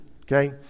okay